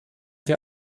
wir